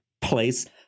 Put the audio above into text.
place